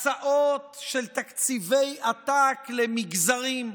הקצאות של תקציבי עתק למגזרים,